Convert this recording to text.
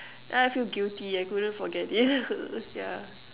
then I feel guilty I couldn't forget it yeah